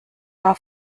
war